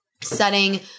setting